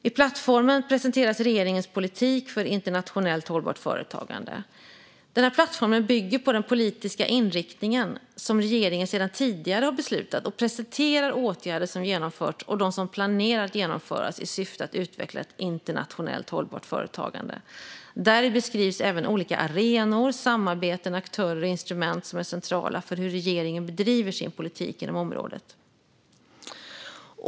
I plattformen presenteras regeringens politik för internationellt hållbart företagande. Plattformen bygger på den politiska inriktning som regeringen sedan tidigare har beslutat och presenterar åtgärder som genomförts och de som planerar att genomföras i syfte att utveckla ett internationellt hållbart företagande. Däri beskrivs även olika arenor, samarbeten, aktörer och instrument som är centrala för hur regeringen bedriver sin politik inom området.